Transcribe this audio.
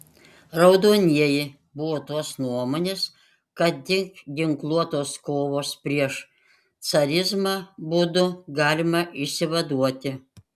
raudonieji buvo tos nuomonės kad tik ginkluotos kovos prieš carizmą būdu galima išsivaduoti